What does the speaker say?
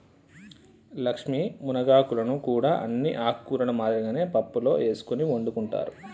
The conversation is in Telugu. లక్ష్మీ మునగాకులను కూడా అన్ని ఆకుకూరల మాదిరిగానే పప్పులో ఎసుకొని వండుకుంటారు